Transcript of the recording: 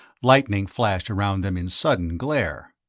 lightning flashed around them in sudden glare.